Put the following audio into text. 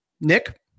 Nick